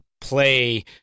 play